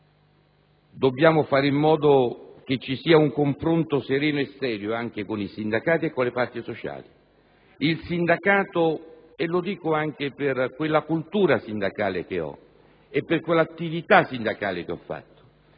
dobbiamo fare in modo che ci sia un confronto sereno e serio anche con i sindacati e con le parti sociali. Il sindacato - e lo dico anche per la cultura sindacale che ho e per l'attività sindacale che ho svolto